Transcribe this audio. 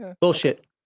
Bullshit